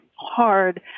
hard